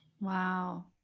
Wow